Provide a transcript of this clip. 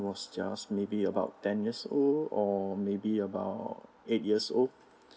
was just maybe about ten years old or maybe about eight years old